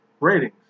Ratings